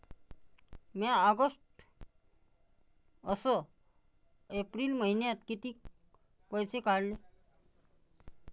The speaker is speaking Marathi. म्या ऑगस्ट अस एप्रिल मइन्यात कितीक पैसे काढले?